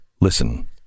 Listen